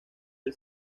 del